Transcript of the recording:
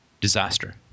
disaster